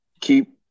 keep